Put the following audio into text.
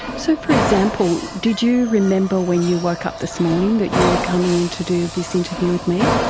so, for example, did you remember when you woke up this morning that you were coming in to do this interview with me?